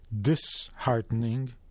disheartening